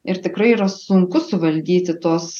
ir tikrai yra sunku suvaldyti tuos